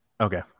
Okay